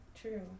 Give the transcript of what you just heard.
True